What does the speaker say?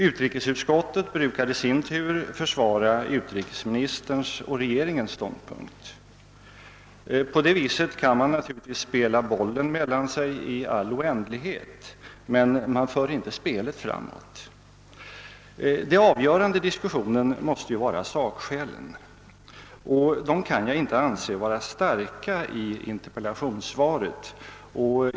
Utrikesutskottet brukar i sin tur försvara utrikesministerns och regeringens ståndpunkt. På det viset kan man naturligtvis spela bollen mellan sig i all oändlighet, men man för inte spelet framåt. Det avgörande i diskussionen måste ju vara sakskälen, och jag kan inte anse att dessa är starka i interpellationssvaret.